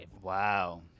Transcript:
Wow